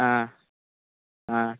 ஆ ஆ